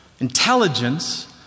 intelligence